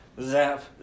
Zap